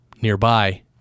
nearby